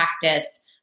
practice